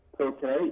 Okay